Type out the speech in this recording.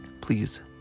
please